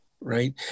Right